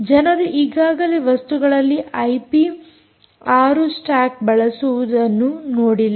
ಜನರು ಈಗಾಗಲೇ ವಸ್ತುಗಳಲ್ಲಿ ಐಪಿ ವಿ 6 ಸ್ಟಾಕ್ ಬಳಸುವುದನ್ನು ನೋಡಿಲ್ಲ